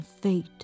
fate